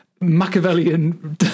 machiavellian